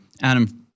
adam